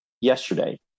yesterday